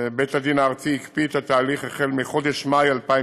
ובית-הדין הארצי הקפיא את התהליך מחודש מאי 2016,